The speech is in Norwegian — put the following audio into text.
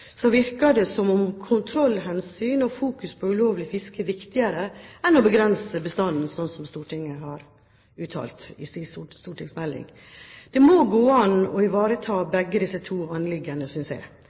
virker det som om kontrollhensyn og fokus på ulovlig fiske er viktigere enn å begrense bestanden, slik som Stortinget har uttalt i forbindelse med stortingsmeldingen. Det må gå an å ivareta